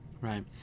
right